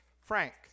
Frank